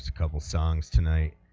school songs tonight